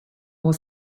more